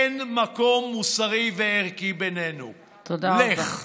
אין מקום מוסרי וערכי בינינו, לך.